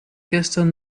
gestern